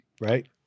right